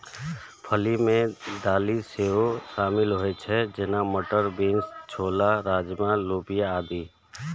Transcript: फली मे दालि सेहो शामिल होइ छै, जेना, मटर, बीन्स, छोला, राजमा, लोबिया आदि